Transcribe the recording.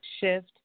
shift